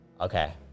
Okay